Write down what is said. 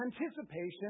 anticipation